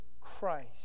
Christ